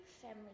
family